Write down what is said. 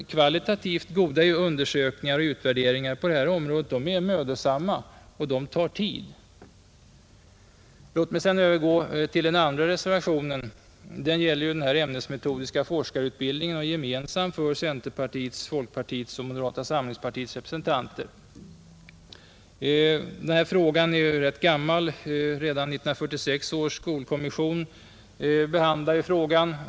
Kvalitativt goda undersökningar på det här området är mödosamma och tar tid. Låt mig så övergå till den andra reservationen. Den gäller ämnesmetodisk forskarutbildning och är gemensam för centerpartiets, folkpartiets och moderata samlingspartiets representanter. Frågan om ämnesmetodisk forskarutbildning är gammal. Redan 1946 års skolkommission behandlade den.